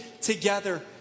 together